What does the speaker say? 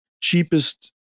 cheapest